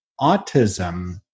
autism